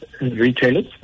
retailers